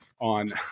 On